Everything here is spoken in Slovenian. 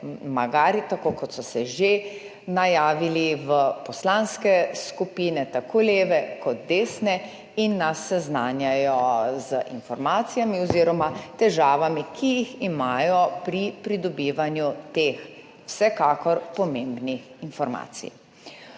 tako kot so se že v poslanske skupine, tako leve kot desne, najavijo in nas seznanjajo z informacijami oziroma težavami, ki jih imajo pri pridobivanju teh vsekakor pomembnih informacij.